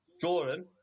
Jordan